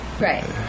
right